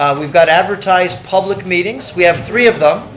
um we've got advertised public meetings, we have three of them,